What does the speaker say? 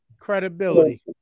credibility